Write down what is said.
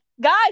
Guys